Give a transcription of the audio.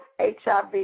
HIV